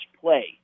play